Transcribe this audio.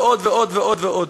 ועוד ועוד ועוד ועוד.